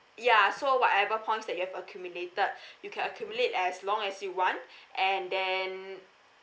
yeah so whatever points that you have accumulated you can accumulate as long as you want and then